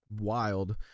wild